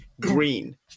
green